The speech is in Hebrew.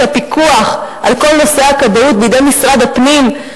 הפיקוח על כל נושא הכבאות בידי משרד הפנים,